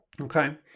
okay